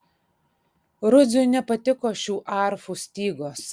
rudziui nepatiko šių arfų stygos